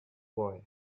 boy